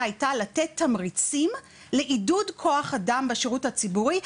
הייתה לתת תמריצים לעידוד כוח אדם בשירות הציבורי.